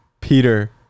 Peter